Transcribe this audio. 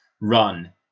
run